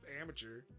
amateur